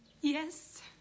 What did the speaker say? Yes